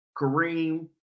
Kareem